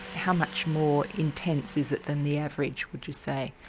how much more intense is it than the average would you say?